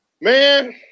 Man